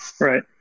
Right